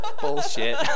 bullshit